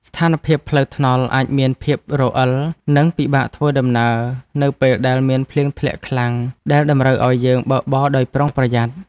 ស្ថានភាពផ្លូវថ្នល់អាចមានភាពរអិល និងពិបាកធ្វើដំណើរនៅពេលដែលមានភ្លៀងធ្លាក់ខ្លាំងដែលតម្រូវឱ្យយើងបើកបរដោយប្រុងប្រយ័ត្ន។